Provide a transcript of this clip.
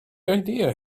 idea